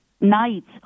Nights